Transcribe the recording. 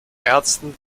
ärzten